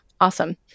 Awesome